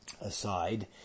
Aside